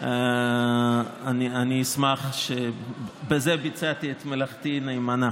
ואני אשמח שבזה ביצעתי את מלאכתי נאמנה.